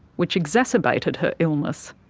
which exacerbated her illness.